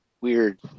weird